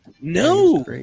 No